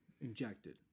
Injected